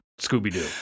scooby-doo